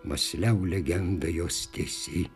mąsliau legenda jos tiesi